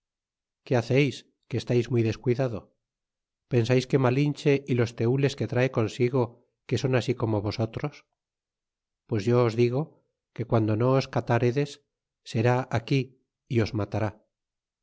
que haceis que estais muy descuidado j pensais que malinche y los tenles que trae consigo que son así como vosotros pues yo os digo que guando no os cataredes será aquí y os matará